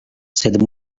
sed